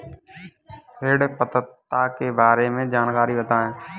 ऋण पात्रता के बारे में जानकारी बताएँ?